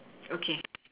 okay